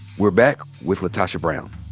we're back with latosha brown.